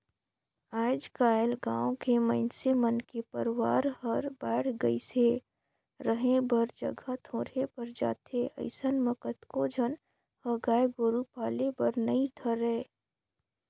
आयज कायल गाँव के मइनसे मन के परवार हर बायढ़ गईस हे, रहें बर जघा थोरहें पर जाथे अइसन म कतको झन ह गाय गोरु पाले बर नइ धरय